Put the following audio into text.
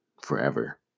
forever